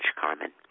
Carmen